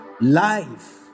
life